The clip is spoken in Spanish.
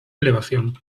elevación